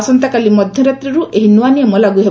ଆସନ୍ତାକାଲି ମଧ୍ୟରାତ୍ରୀରୁ ଏହି ନୂଆ ନିୟମ ଲାଗୁ ହେବ